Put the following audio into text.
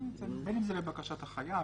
בין אם זה לבקשת החייב,